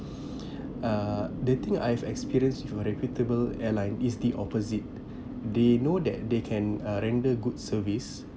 uh the thing I've experienced from a reputable airline is the opposite they know that they can uh render good service